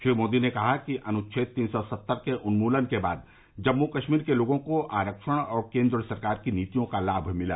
श्री मोदी ने कहा कि अनुच्छेद तीन सौ सत्तर के उन्यूलन के बाद जम्मू कश्मीर के लोगों को आरक्षण और केंद्र सरकार की नीतियों का लाभ मिला